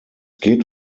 geht